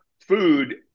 food